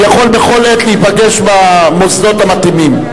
הוא יכול בכל עת להיפגש במוסדות המתאימים.